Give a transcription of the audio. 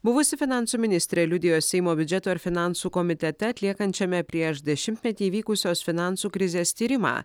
buvusi finansų ministrė liudijo seimo biudžeto ir finansų komitete atliekančiame prieš dešimtmetį įvykusios finansų krizės tyrimą